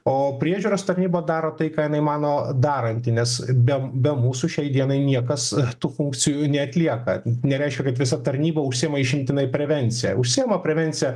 o priežiūros tarnyba daro tai ką jinai mano daranti nes be be mūsų šiai dienai niekas tų funkcijų neatlieka nereiškia kad visa tarnyba užsiima išimtinai prevencija užsiima prevencija